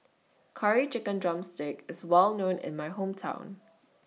Curry Chicken Drumstick IS Well known in My Hometown